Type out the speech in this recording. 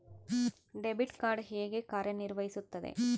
Debit card ಹೇಗೆ ಕಾರ್ಯನಿರ್ವಹಿಸುತ್ತದೆ?